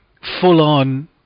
full-on